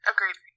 Agreed